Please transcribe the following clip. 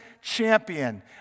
champion